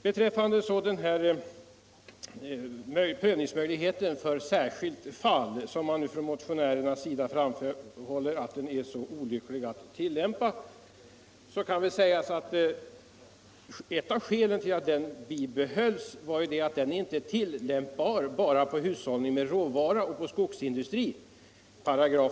Beträffande prövningsmöjligheten för särskilt fall, som nu motionärerna framhåller är så olycklig att tillämpa, kan sägas att ett av skälen till att den bibehölls var att den inte är tillämpbar bara för hushållning med råvara och skogsindustri.